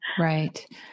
Right